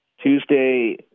Tuesday